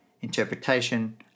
interpretation